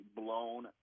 blown